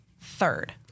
third